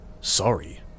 Sorry